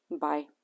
Bye